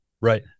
Right